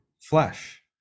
flesh